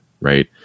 right